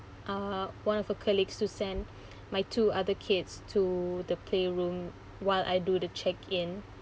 uh one of the colleagues to send my two other kids to the playroom while I do to check in